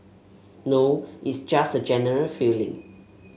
now it's just a general feeling